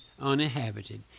uninhabited